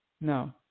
no